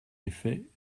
effet